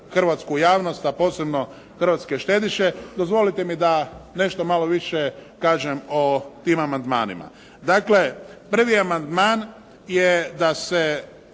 hrvatsku javnost, a posebno hrvatske štediše, dozvolite mi da nešto malo više kažem o tim amandmanima. Dakle prvi amandman je da se